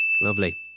Lovely